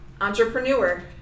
Entrepreneur